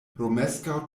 romeskaŭ